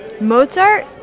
Mozart